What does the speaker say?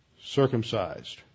circumcised